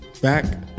back